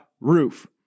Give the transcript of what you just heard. roof